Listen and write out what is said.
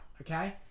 okay